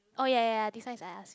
oh ya ya ya this one is I ask you